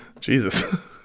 Jesus